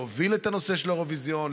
להוביל את הנושא של האירוויזיון,